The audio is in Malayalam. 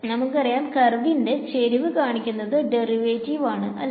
നമുക്കറിയാം കർവിന്റെ ചെരിവ് കാണിക്കുന്നത് ഡെറിവേറ്റിവ് ആണ് അല്ലെ